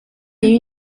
est